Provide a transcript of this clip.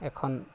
এখন